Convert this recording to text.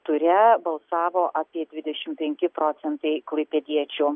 ture balsavo apie dvidešimt penki procentai klaipėdiečių